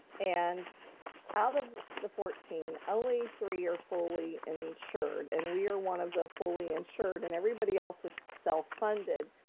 and out of the fourteen, only three are fully insured, and we are one of the fully insured, and everybody else is self-funded,